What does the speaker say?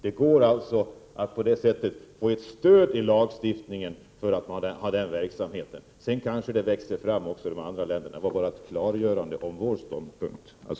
Det går alltså att få ett stöd i lagstiftningen för den verksamheten. Sedan kanske det växer fram något liknande också i de andra länderna. Det var bara ett klargörande om vpk:s ståndpunkt.